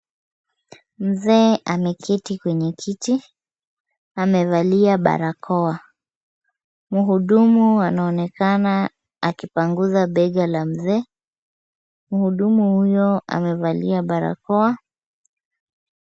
Mzee ameketi kwenye kiti. Amevalia barakoa. Mhudumu anaonekana akipanguza bega la mzee. Mhudumu huyo amevalia barakoa.